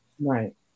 Right